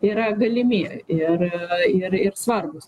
yra galimi ir ir svarbūs